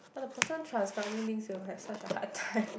but the person transcribing this will have such a hard time